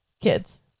kids